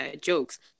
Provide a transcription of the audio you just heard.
jokes